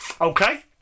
okay